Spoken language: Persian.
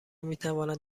میتواند